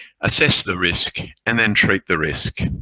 assess the risk and then treat the risk.